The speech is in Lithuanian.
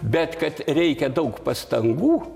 bet kad reikia daug pastangų